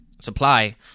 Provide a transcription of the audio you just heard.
supply